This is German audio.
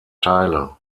teile